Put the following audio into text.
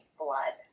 blood